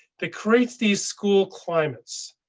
that creates these school climates.